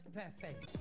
perfect